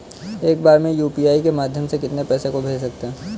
एक बार में यू.पी.आई के माध्यम से कितने पैसे को भेज सकते हैं?